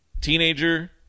teenager